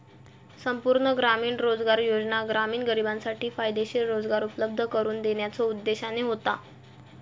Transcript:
संपूर्ण ग्रामीण रोजगार योजना ग्रामीण गरिबांसाठी फायदेशीर रोजगार उपलब्ध करून देण्याच्यो उद्देशाने होता